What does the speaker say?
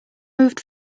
moved